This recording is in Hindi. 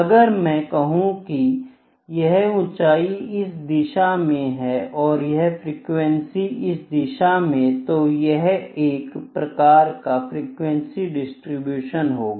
अगर मैं कहूं कि यह ऊंचाई इस दिशा में है और यह फ्रीक्वेंसी इस दिशा में है तो यह एक प्रकार का फ्रीक्वेंसी डिस्ट्रीब्यूशन होगा